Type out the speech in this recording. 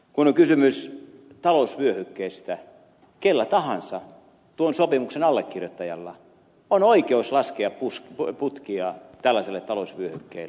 kun on kysymys talousvyöhykkeestä kellä tahansa tuon sopimuksen allekirjoittajalla on oikeus laskea putkia tällaiselle talousvyöhykkeelle